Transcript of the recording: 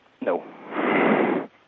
no